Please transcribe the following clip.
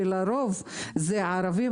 ולרוב מדובר בערבים,